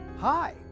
Hi